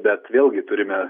bet vėlgi turime